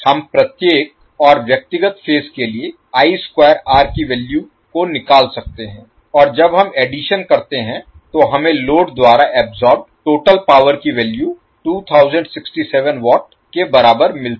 हम प्रत्येक और व्यक्तिगत फेज के लिए की वैल्यू को निकाल सकते हैं और जब हम एडिशन करते हैं तो हमें लोड द्वारा अब्सोर्बेड टोटल पावर की वैल्यू 2067 वाट के बराबर मिलती है